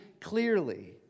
clearly